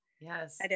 yes